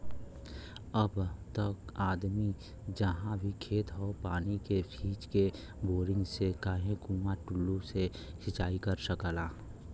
अब त आदमी जहाँ भी खेत हौ पानी के खींच के, बोरिंग से चाहे कुंआ टूल्लू से सिंचाई कर सकला